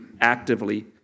actively